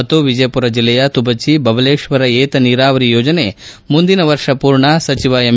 E Vijayapura ಜಿಲ್ಲೆಯ ತುಬಚಿ ಬಬಲೇಶ್ವರ ಏತ ನೀರಾವರಿ ಯೋಜನೆ ಮುಂದಿನ ವರ್ಷ ಳು ಪೂರ್ಣ ಸಚಿವ ಎಂ